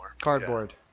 cardboard